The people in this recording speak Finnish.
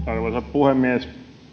puhemies